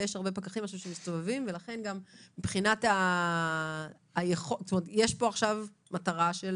ויש הרבה פקחים שמסתובבים עכשיו ולכן יש פה עכשיו מטרה של